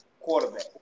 quarterback